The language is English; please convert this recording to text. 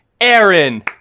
Aaron